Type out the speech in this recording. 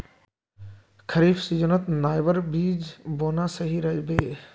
खरीफ सीजनत नाइजर बीज बोना सही रह बे